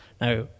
Now